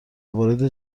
وارد